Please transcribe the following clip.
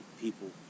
people